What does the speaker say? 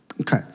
Okay